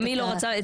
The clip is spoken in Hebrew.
ומי לא רצה?